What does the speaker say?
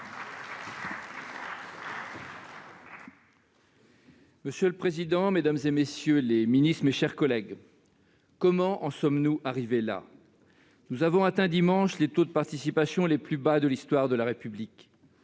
Monsieur le président, mesdames, messieurs les ministres, mes chers collègues, comment en sommes-nous arrivés là ? Nous avons atteint, dimanche, les taux de participation les plus bas de l'histoire de la République.